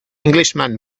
englishman